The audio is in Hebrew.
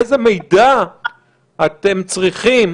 איזה מידע אתם צריכים